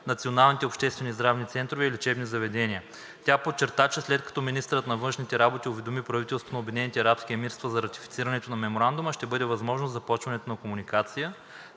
националните обществени здравни центрове и лечебни заведения. Тя подчерта, че след като министърът на външните работи уведоми правителството на Обединените арабски емирства за ратифицирането на Меморандума, ще бъде възможно започването на комуникация